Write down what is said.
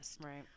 Right